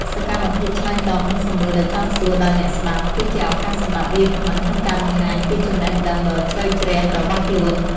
សកម្មភាពឆ្លើយតបនឹងសំណួរដែលចោទសួរដោយអ្នកស្ដាប់ គឺជាឱកាសសម្រាប់វាគ្មិនក្នុងការបង្ហាញពីចំណេះដឹងដ៏ជ្រៅជ្រះរបស់ខ្លួន។